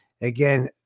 again